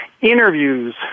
interviews